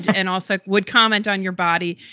and also would comment on your body.